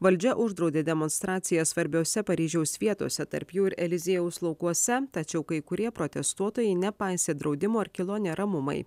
valdžia uždraudė demonstracijas svarbiose paryžiaus vietose tarp jų ir eliziejaus laukuose tačiau kai kurie protestuotojai nepaisė draudimo ar kilo neramumai